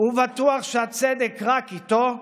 ובטוח שהצדק רק איתו,